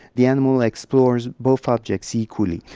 the animal explores both objects equally.